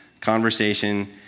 conversation